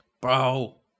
Bro